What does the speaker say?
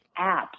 apps